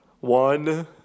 One